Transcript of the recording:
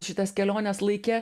šitas keliones laike